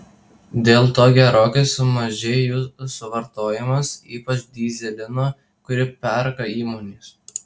dėl to gerokai sumažėjo jų suvartojimas ypač dyzelino kurį perka įmonės